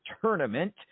tournament